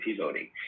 voting